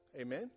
Amen